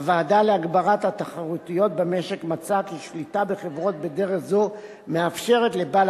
הוועדה להגברת התחרותיות במשק מצאה כי שליטה בחברות בדרך זו מאפשרת לבעל